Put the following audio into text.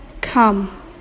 come